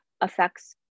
affects